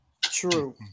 true